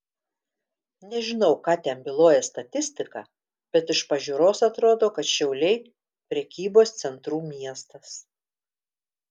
nežinau ką ten byloja statistika bet iš pažiūros atrodo kad šiauliai prekybos centrų miestas